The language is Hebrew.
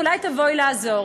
אולי תבואי לעזור.